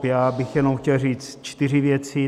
Já bych jenom chtěl říct čtyři věci.